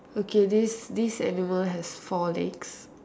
okay this this animal has four legs